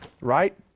right